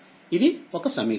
ఇది ఒక సమీకరణం